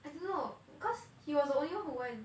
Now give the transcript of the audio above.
I don't know because he was the only one who 问